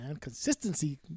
Consistency